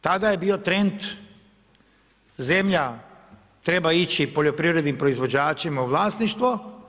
Tada je bio trend zemlja treba ići poljoprivrednim proizvođačima u vlasništvo.